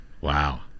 Wow